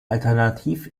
alternativ